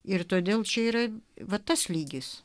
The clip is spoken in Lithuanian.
ir todėl čia yra va tas lygis